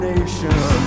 Nation